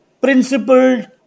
principled